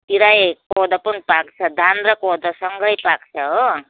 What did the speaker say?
तिरै कोदो पनि पाक्छ धान र कोदो सँगै पाक्छ हो